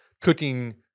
cooking